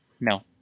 No